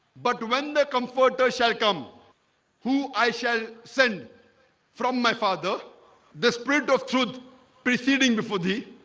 but when the comforter shall come who i shall send from my father the spirit of truth proceeding before thee